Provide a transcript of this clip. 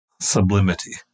sublimity